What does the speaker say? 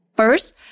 First